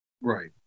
Right